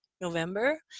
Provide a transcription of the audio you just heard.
November